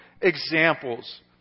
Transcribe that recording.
examples